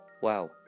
Wow